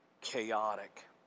chaotic